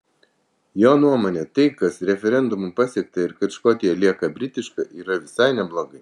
jo nuomone tai kas referendumu pasiekta ir kad škotija lieka britiška yra visai neblogai